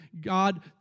God